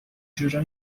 جوره